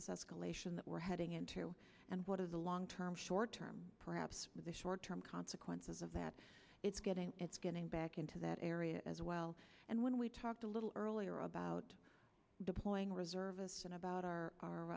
this escalation that we're heading into and what is the long term short term perhaps the short term consequences of that it's getting it's getting back into that area as well and when we talked a little earlier about deploying reservists and about our